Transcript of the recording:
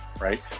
right